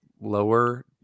lower